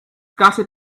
gotta